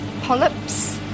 polyps